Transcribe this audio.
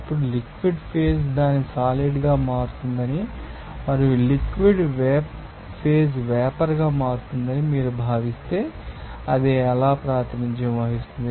ఇప్పుడు liquid phase దాని solid గా మారుతుందని మరియు లిక్విడ్ ఫేజ్ వేపర్ గా మారుతుందని మీరు భావిస్తే అది ఎలా ప్రాతినిధ్యం వహిస్తుంది